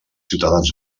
ciutadans